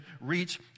reach